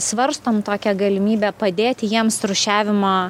svarstom tokią galimybę padėti jiems rūšiavimo